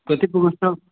कति प्रकोष्ठाः